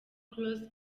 close